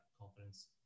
confidence